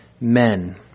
men